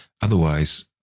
Otherwise